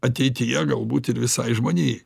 ateityje galbūt ir visai žmonijai